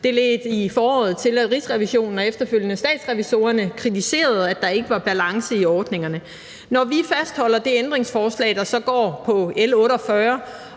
Det ledte i foråret til, at Rigsrevisionen og efterfølgende Statsrevisorerne kritiserede, at der ikke var balance i ordningerne. Når vi fastholder det ændringsforslag, der så går på L 48,